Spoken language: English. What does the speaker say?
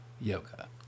yoga